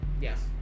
Yes